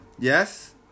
Yes